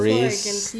all race